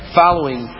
following